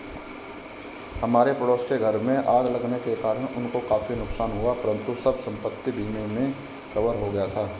हमारे पड़ोस के घर में आग लगने के कारण उनको काफी नुकसान हुआ परंतु सब संपत्ति बीमा में कवर हो गया था